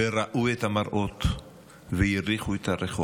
וראו את המראות והריחו את הריחות.